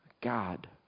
God